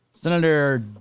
Senator